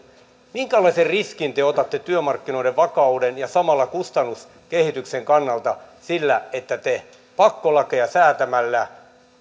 minkälaisen riskin te otatte työmarkkinoiden vakauden ja samalla kustannuskehityksen kannalta sillä että te pakkolakeja säätämällä